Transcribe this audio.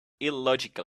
illogical